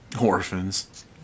Orphans